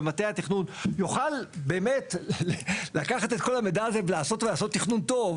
במטה התכנון יוכל באמת לקחת את כל המידע הזה ולעשות תכנון טוב,